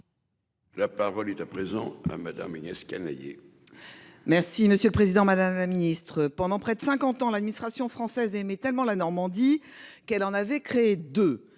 La parole est à présent hein. Madame Agnès Canayer. Merci, monsieur le Président Madame la Ministre pendant près de 50 ans. L'administration française et, mais tellement la Normandie qu'elle en avait créé de